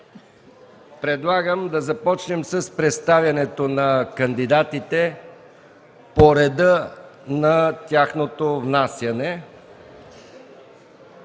Предлагам да започнем с представянето на кандидатите по реда на тяхното внасяне.